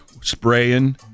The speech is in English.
spraying